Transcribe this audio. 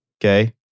okay